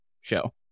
show